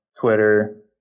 Twitter